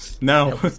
No